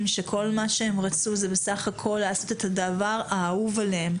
שכל מה שהם רצו זה בסך הכול לעשות את הדבר האהוב עליהם,